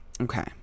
Okay